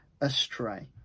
astray